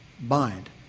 bind